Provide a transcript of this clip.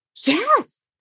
yes